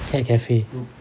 cat cafe